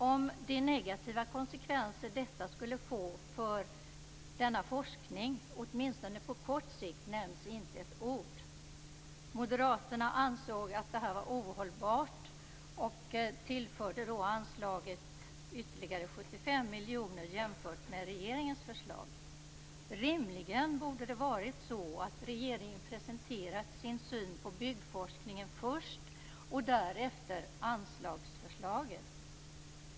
Om de negativa konsekvenser detta åtminstone på kort sikt skulle få för denna forskning nämns inte ett ord. Moderaterna ansåg att det här var ohållbart och tillförde anslaget ytterligare 75 miljoner jämfört med regeringens förslag. Rimligen borde regeringen ha presenterat sin syn på byggforskningen först och därefter anslagsförslaget.